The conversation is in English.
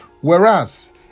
Whereas